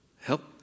Help